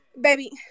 Baby